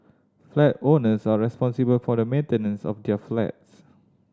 flat owners are responsible for the maintenance of their flats